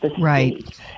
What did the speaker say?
right